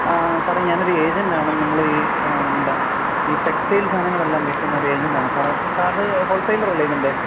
സാറേ ഞാനൊരു എജെൻറ്റ് ആണ് നമ്മൾ ഈ നമ്മുടെ ഈ ടെക്സ്റ്റൈൽസ് സാധനങ്ങളെല്ലാം വിൽക്കുന്ന ഒരു എജെൻറ്റ് ആണ് സാറേ സാറ് ഹോൾസെയിലർ അല്ലേ ഇതിൻ്റെ